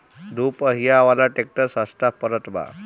दू पहिया वाला ट्रैक्टर सस्ता पड़त बा